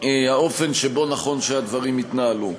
האופן שבו נכון שהדברים יתנהלו.